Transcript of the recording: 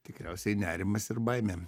tikriausiai nerimas ir baimė